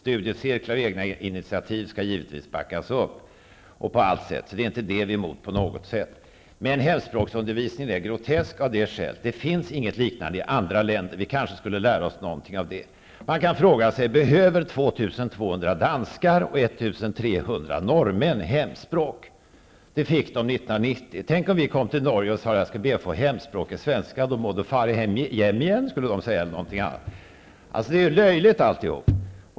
Studiecirklar och egna initiativ skall givetvis backas upp på allt sätt. Vi är inte emot det på något sätt. Men hemspråksundervisningen är grotesk. Det finns inget liknande i andra länder. Vi kanske skulle lära oss någonting av det. Man kan fråga sig om 2 200 danskar och 1 300 norrmän behöver hemspråk. Det fick de 1990. Tänk om vi kom till Norge och sade: ''Jag skall be att få hemspråk i svenska.'' ''Da må du fare hjem igjen'', skulle de säga då. Detta är löjligt alltihop.